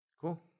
Cool